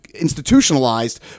institutionalized